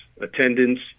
Attendance